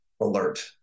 alert